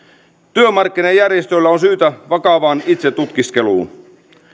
työmarkkinajärjestöillä on syytä vakavaan itsetutkiskeluun